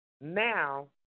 now